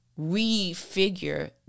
refigure